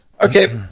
Okay